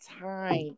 time